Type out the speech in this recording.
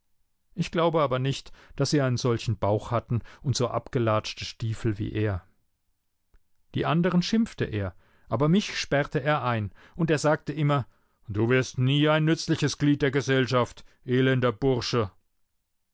ich glaube aber nicht daß sie einen solchen bauch hatten und so abgelatschte stiefel wie er die andern schimpfte er aber mich sperrte er ein und er sagte immer du wirst nie ein nützliches glied der gesellschaft elender bursche